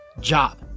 job